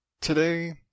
Today